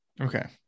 okay